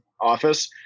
office